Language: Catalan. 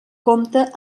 compta